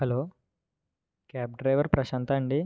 hello cab driver Prashant ఆ అండి